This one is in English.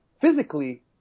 physically